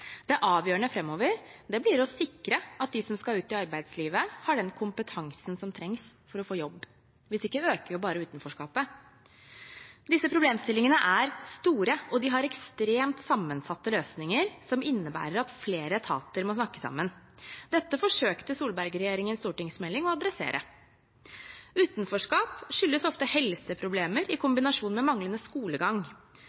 Det avgjørende framover blir å sikre at de som skal ut i arbeidslivet, har den kompetansen som trengs for å få jobb, hvis ikke øker bare utenforskapet. Disse problemstillingene er store, og de har ekstremt sammensatte løsninger, noe som innebærer at flere etater må snakke sammen. Dette forsøkte Solberg-regjeringens stortingsmelding å adressere. Utenforskap skyldes ofte helseproblemer i